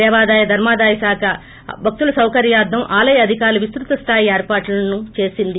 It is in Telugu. దేవాదాయ ధర్మాదాయ శాఖ భక్తులు సౌకర్యార్దం ఆలయ అధికారులు విస్తృత స్దాయి ఏర్పాట్లను చేసింది